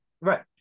Right